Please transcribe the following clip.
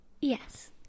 Yes